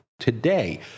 Today